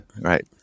right